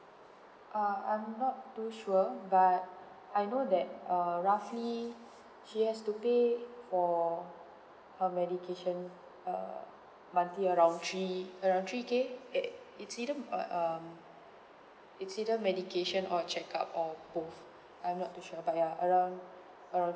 uh I'm not too sure but I know that err roughly she has to pay for her medication err monthly around three around three K eh it's either uh um it's either medication or checkup or both I'm not too sure but ya around around